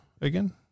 again